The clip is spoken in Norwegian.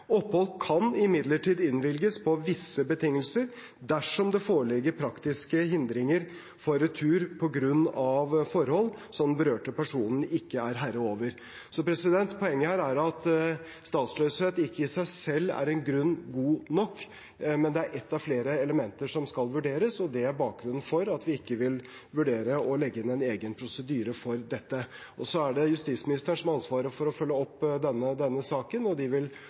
Opphold kan imidlertid innvilges på visse betingelser, dersom det foreligger praktiske hindringer for retur på grunn av forhold som den berørte personen ikke er herre over. Poenget her er at statsløshet ikke i seg selv er grunn god nok, men det er ett av flere elementer som skal vurderes, og det er bakgrunnen for at vi ikke vil vurdere å legge inn en egen prosedyre for dette. Det er justisministeren som har ansvaret for å følge opp denne saken, og han vil komme tilbake når saken er grundig vurdert. Et av de